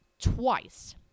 twice